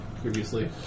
previously